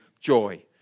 joy